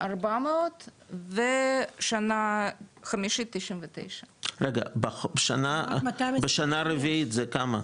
400 ושנה חמישית: 99. רגע, בשנה רביעית זה כמה?